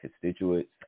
constituents